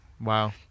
Wow